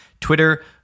Twitter